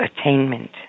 attainment